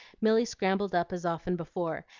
milly scrambled up as often before,